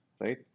right